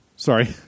Sorry